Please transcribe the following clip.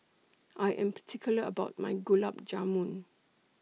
I Am particular about My Gulab Jamun